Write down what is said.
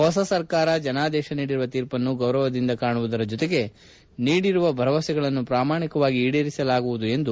ಹೊಸ ಸರ್ಕಾರ ಜನಾದೇಶ ನೀಡಿರುವ ತೀರ್ಪನ್ನು ಗೌರವದಿಂದ ಕಾಣುವುದರ ಜೊತೆಗೆ ನೀಡಿರುವ ಭರವಸೆಯನ್ನು ಪ್ರಾಮಾಣಿಕವಾಗಿ ಈಡೇರಿಸಲಾಗುವುದು ಎಂದು ಅವರು ಹೇಳಿದರು